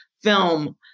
film